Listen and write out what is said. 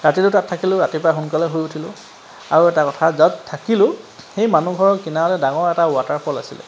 ৰাতিটো তাত থাকিলোঁ ৰাতিপুৱা সোনকালে সাৰ পালোঁ আৰু এটা কথা য'ত থাকিলোঁ সেই মানুহঘৰৰ কিনাৰতে ডাঙৰ এটা ৱাটাৰফল আছিলে